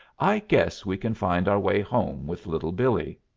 i guess we can find our way home with little billee.